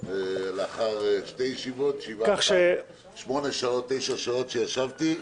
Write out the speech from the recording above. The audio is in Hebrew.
לאחר שתי ישיבות, שמונה שעות, תשע שעות, שישבתי.